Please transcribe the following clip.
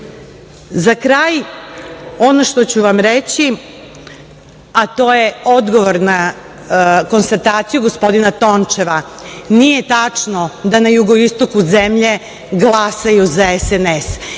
kraj ono što ću vam reći, a to je odgovor na konstataciju gospodina Tončeva, nije tačno da na jugoistoku zemlje glasaju za SNS.